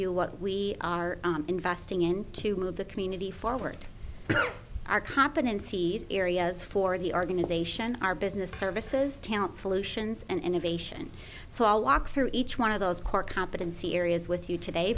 you what we are investing in to move the community forward our competencies areas for the organization our business services talent solutions and innovation so i'll walk through each one of those core competency areas with you today